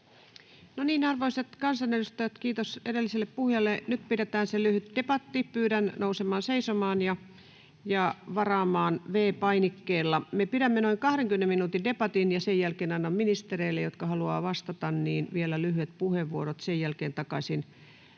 No niin, arvoisat kansanedustajat, kiitos edellisille puhujille. — Nyt pidetään se lyhyt debatti. Pyydän nousemaan seisomaan ja varaamaan v-painikkeella. Me pidämme noin 20 minuutin debatin, ja sen jälkeen annan niille ministereille, jotka haluavat vastata, vielä lyhyet puheenvuorot. Sen jälkeen takaisin